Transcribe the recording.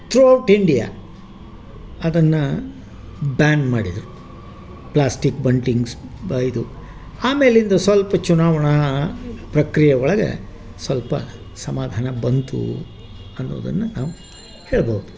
throughout India ಅದನ್ನು ban ಮಾಡಿದರು plastic buntings ಬ ಇದು ಆಮೇಲಿಂದ ಸಲ್ಪ ಚುನಾವಣಾ ಪ್ರಕ್ರಿಯೆ ಒಳಗೆ ಸ್ವಲ್ಪ ಸಮಾಧಾನ ಬಂತು ಅನ್ನೋದನ್ನು ನಾವು ಹೇಳ್ಬೌದು